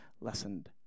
lessened